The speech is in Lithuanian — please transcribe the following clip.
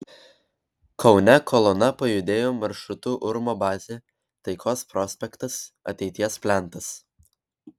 kaune kolona pajudėjo maršrutu urmo bazė taikos prospektas ateities plentas